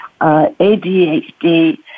ADHD